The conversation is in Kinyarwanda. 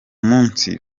munsi